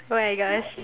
!oh-my-Gosh!